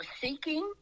seeking